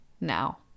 now